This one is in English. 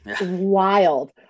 Wild